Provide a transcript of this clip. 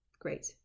Great